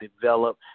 develop